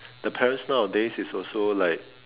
the parents nowadays is also like